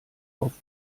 auf